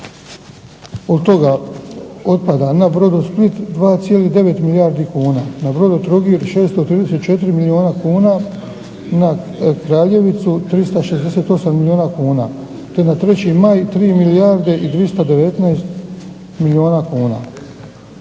Od toga otpada na "Brodosplit" 2,9 milijardi kuna, na "Brodotrogir" 634 milijuna kuna, na "Kraljevicu" 368 milijuna kuna, te na "3. maj" 3 milijarde i 219 milijuna kuna.